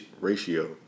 ratio